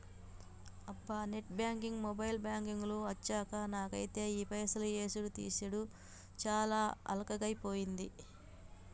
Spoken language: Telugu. అబ్బా నెట్ బ్యాంకింగ్ మొబైల్ బ్యాంకింగ్ లు అచ్చాక నాకైతే ఈ పైసలు యేసుడు తీసాడు చాలా అల్కగైపోయింది